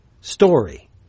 story